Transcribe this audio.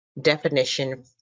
definition